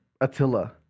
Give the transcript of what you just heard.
Attila